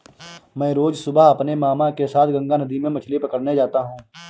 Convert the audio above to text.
मैं रोज सुबह अपने मामा के साथ गंगा नदी में मछली पकड़ने जाता हूं